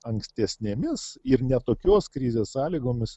ankstesnėmis ir ne tokios krizės sąlygomis